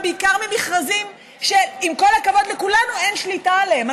ובעיקר במכרזים שעם כל הכבוד לכולנו אין שליטה עליהם,